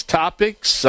topics